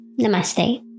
Namaste